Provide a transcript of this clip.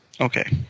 Okay